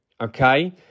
okay